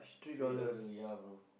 three dollar ya bro